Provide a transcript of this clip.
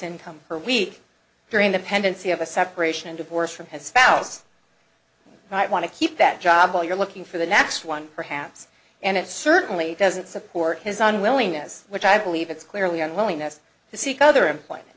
income per week during the pendency of a separation and divorce from his spouse might want to keep that job while you're looking for the next one perhaps and it certainly doesn't support his unwillingness which i believe it's clearly unwillingness to seek other employment